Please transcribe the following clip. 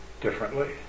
differently